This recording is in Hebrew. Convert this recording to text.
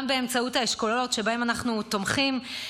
גם באמצעות האשכולות שבהם אנחנו תומכים,